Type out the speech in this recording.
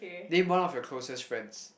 name one of your closest friends